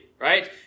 right